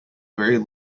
very